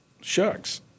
shucks